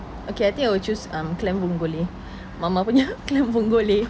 okay I think I will choose um clam vongole mama punya clam vongole